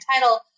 title